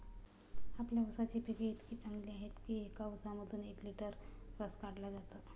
आपल्या ऊसाची पिके इतकी चांगली आहेत की एका ऊसामधून एक लिटर रस काढला जातो